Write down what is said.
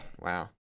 wow